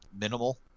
Minimal